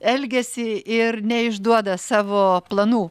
elgiasi ir neišduoda savo planų